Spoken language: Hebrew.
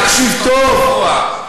תקשיב טוב,